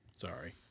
Sorry